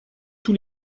tous